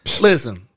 Listen